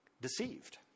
deceived